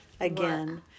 again